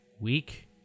week